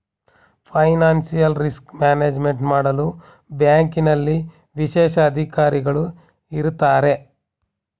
financial risk management ಮಾಡಲು ಬ್ಯಾಂಕ್ನಲ್ಲಿ ವಿಶೇಷ ಅಧಿಕಾರಿಗಳು ಇರತ್ತಾರೆ